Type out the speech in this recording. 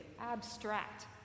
abstract